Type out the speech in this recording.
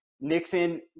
Nixon